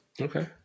Okay